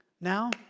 Now